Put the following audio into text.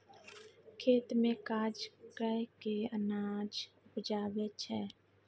खेत मे काज कय केँ अनाज उपजाबै छै